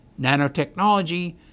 nanotechnology